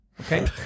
Okay